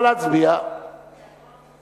ההצעה להעביר את הצעת